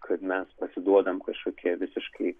kad mes pasiduodam kažkokiai visiškai